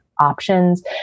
options